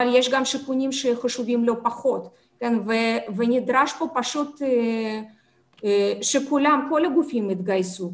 אבל יש גם שיקולים שחשובים לא פחות ונדרש פה שכל הגופים יתגייסו.